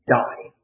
die